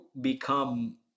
become